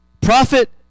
Prophet